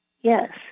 Yes